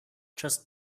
just